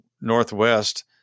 northwest